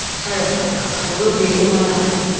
terrified, i will be all my life.